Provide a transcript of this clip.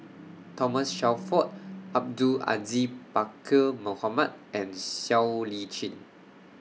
Thomas Shelford Abdul Aziz Pakkeer Mohamed and Siow Lee Chin